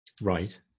Right